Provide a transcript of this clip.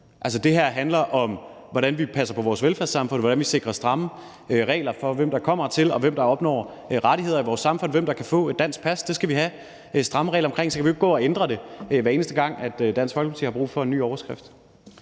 det her handler om, hvordan vi passer på vores velfærdssamfund, og hvordan vi sikrer stramme regler for, hvem der kommer hertil, hvem der opnår rettigheder i vores samfund, og hvem der kan få et dansk pas. Det skal vi have stramme regler for, og så kan vi jo ikke gå og ændre det, hver eneste gang Dansk Folkeparti har brug for en ny overskrift.